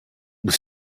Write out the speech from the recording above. was